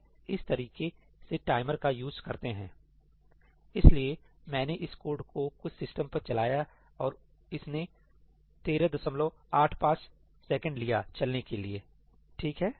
इस तरीके से टाइमर का यूज़ करते हैं इसलिए मैंने इस कोड को कुछ सिस्टम पर चलाया और इसने 1385 सेकंड लिया चलने के लिए ठीक है